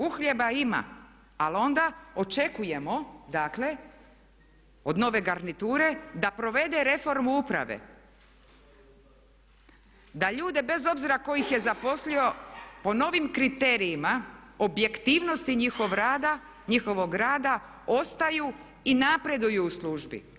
Uhljeba ima ali onda očekujemo dakle od nove garniture da provede reformu uprave, da ljude bez obzira ko ih je zaposlio po novim kriterijima objektivnosti njihovog rada ostaju i napreduju u službi.